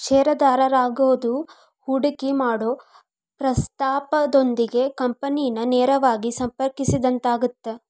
ಷೇರುದಾರರಾಗೋದು ಹೂಡಿಕಿ ಮಾಡೊ ಪ್ರಸ್ತಾಪದೊಂದಿಗೆ ಕಂಪನಿನ ನೇರವಾಗಿ ಸಂಪರ್ಕಿಸಿದಂಗಾಗತ್ತ